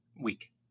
week